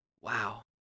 Wow